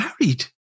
married